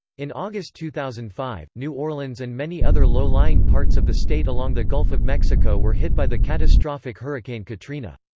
in august two thousand and five, new orleans and many other low-lying parts of the state along the gulf of mexico were hit by the catastrophic hurricane katrina.